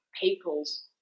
people's